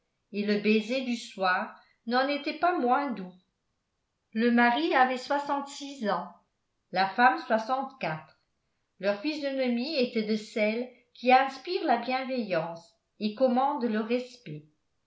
et le baiser du soir n'en était pas moins doux le mari avait soixante-six ans la femme soixante-quatre leurs physionomies étaient de celles qui inspirent la bienveillance et commandent le respect